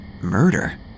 Murder